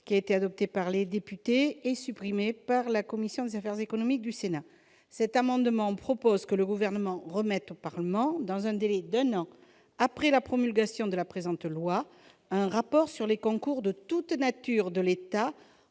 qui a été adopté par les députés et supprimé par la commission des affaires économiques du Sénat. Nous proposons que le Gouvernement remette au Parlement, dans un délai d'un an après la promulgation de la présente loi, un rapport sur les concours de toute nature de l'État